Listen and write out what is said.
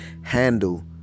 handle